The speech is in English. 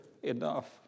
Enough